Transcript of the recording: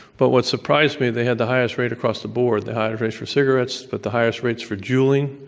but what surprised me they had the highest rate across the board the highest rate for cigarettes, but the highest rates for juuling,